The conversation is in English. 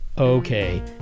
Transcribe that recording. Okay